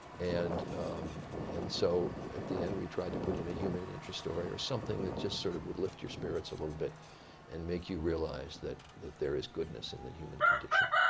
and and so at the end we tried to put in a human interest story or something that just sort of would lift your spirits a little bit and make you realize that that there is goodness in the human condition.